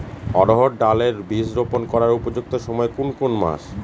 অড়হড় ডাল এর বীজ রোপন করার উপযুক্ত সময় কোন কোন মাস?